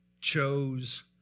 chose